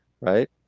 right